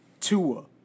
Tua